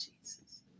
Jesus